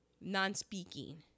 non-speaking